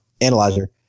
analyzer